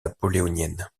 napoléoniennes